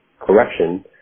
correction